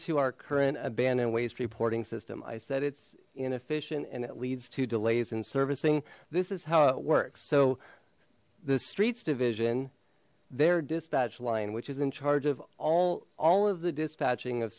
to our current abandoned waste reporting system i said it's inefficient and it leads to delays in servicing this is how it works so the streets division their dispatch line which is in charge of all all of the dispatching of